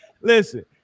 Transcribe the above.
listen